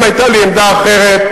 אם היתה לי עמדה אחרת,